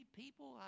people